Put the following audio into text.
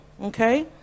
okay